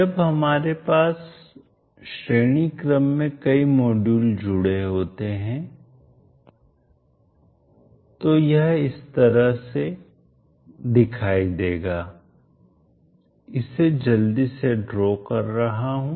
जब हमारे पास श्रेणी क्रम में कई मॉड्यूल जुड़े होते हैं तो यह इस तरह दिखाई देगा इसे जल्दी से ड्रा कर रहा हूं